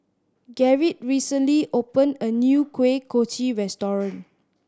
Gerrit recently opened a new Kuih Kochi restaurant